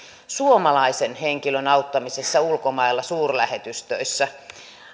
suomalaisen henkilön auttamisessa ulkomailla suurlähetystöissä